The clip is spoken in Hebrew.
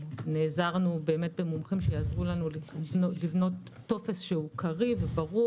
נעזרנו במומחים שיעזרו לנו לבנות טופס קריא וברור